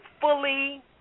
fully